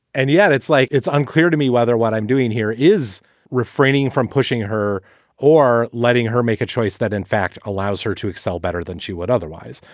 and yet it's like it's unclear to me whether what i'm doing here is refraining from pushing her or letting her make a choice that, in fact, allows her to excel better than she would otherwise,